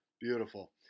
Beautiful